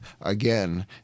again